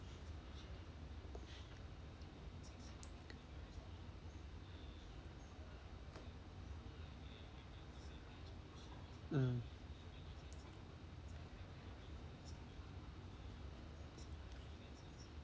mm